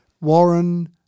Warren